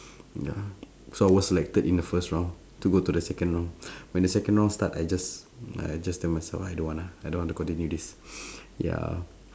ya so I was selected in the first round to go to the second round when the second round start I just I just tell myself I don't want lah I don't want to continue this ya